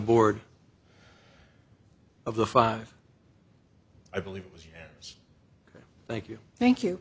board of the five i believe it was yes thank you thank you